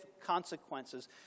consequences